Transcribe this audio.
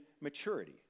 maturity